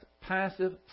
passive